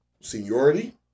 seniority